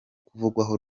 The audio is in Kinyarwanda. kuvugwaho